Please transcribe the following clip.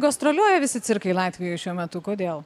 gastroliuoja visi cirkai latvijoj šiuo metu kodėl